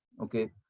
okay